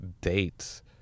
dates